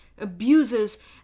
abuses